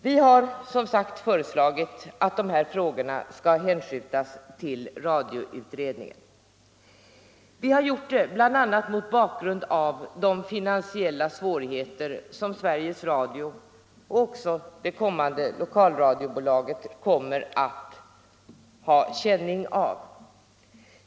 Vi har som sagt föreslagit att de här frågorna skall hänskjutas till radioutredningen, och det har vi gjort bl.a. med tanke på de finansiella svårigheter som Sveriges Radio och också det nya lokalradiobolaget kommer att ha känning av.